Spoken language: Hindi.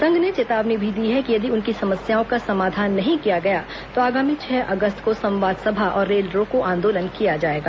संघ ने चेतावनी भी दी है कि यदि उनकी समस्याओं का समाधान नहीं किया गया तो आगामी छह अगस्त को संवाद सभा और रेल रोको आंदोलन किया जाएगा